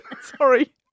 Sorry